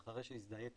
אחרי שהזדהית,